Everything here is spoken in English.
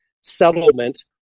settlement